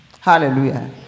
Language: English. hallelujah